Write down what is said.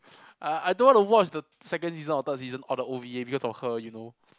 uh I don't want to watch the second season or the third season or the because of her you know